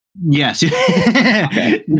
yes